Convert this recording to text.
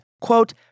quote